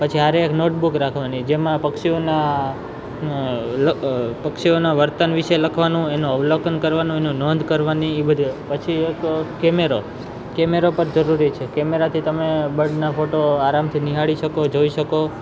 પછી હારે એક નોટબુક રાખવાની જેમાં આ પક્ષીઓના પક્ષીઓના વર્તન વિશે લખવાનું એનું અવલોકન કરવાનું એનું નોંધ કરવાની એ બધું પછી તો કેમેરો કેમેરો પર જરૂરી છે કેમેરાથી તમે બર્ડના ફોટો આરામથી નિહાળી શકો જોઈ શકો